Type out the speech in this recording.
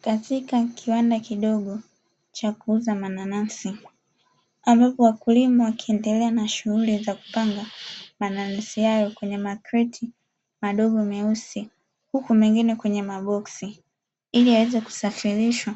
Katika kiwanda kidogo cha kuuza mananasi ambapo wakulima wakiendelea na shughuli za kupanga mananasi hayo kwenye makreti madogo meusi, huku mengine kwenye maboksi ili yaweze kusafirishwa